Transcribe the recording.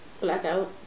Blackout